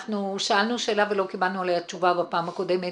שאלנו שאלה ולא קיבלנו עליה תשובה בפעם הקודמת